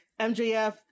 MJF